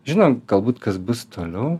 žino galbūt kas bus toliau